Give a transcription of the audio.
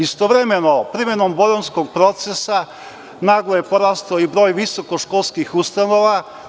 Istovremeno, primenom Bolonjskog procesa naglo je porastao i broj visokoškolskih ustanova.